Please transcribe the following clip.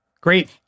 Great